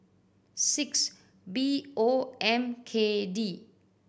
six B O M K D